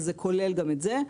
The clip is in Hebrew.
זה כולל גם את זה,